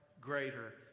greater